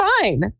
fine